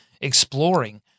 exploring